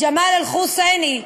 ג'מאל אל-חוסייני,